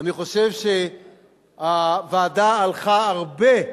אני חושב שהוועדה הלכה הרבה,